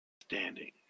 standing